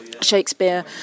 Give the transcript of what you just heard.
Shakespeare